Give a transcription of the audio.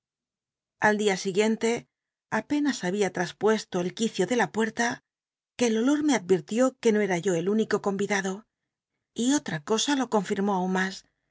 al dia siglliente apenas babia tmspucsto el quicio ele hl puerta que el olor me advirtió que no ca yo el único convidado y otra cosa lo confirmó aun mas